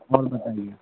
और बताइए